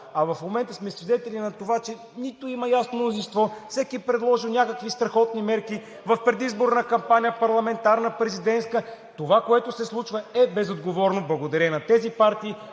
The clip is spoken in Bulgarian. В момента сме свидетели на това, че нито има ясно мнозинство, всеки е предложил някакви страхотни мерки в предизборна кампания – парламентарна, президентска. Това, което се случва, е безотговорно. Благодаря и на тези партии,